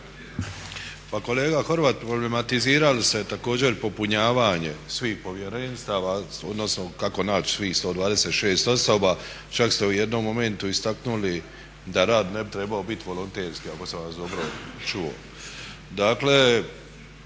Pa kolega Horvat, problematizirali ste također popunjavanje svih povjerenstava, odnosno kako naći svih 126 osoba, čak se u jednom momentu istaknuli da rad ne bi trebao biti volonterski ako sam vas dobro čuo.